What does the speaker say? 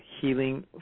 Healing